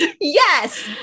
Yes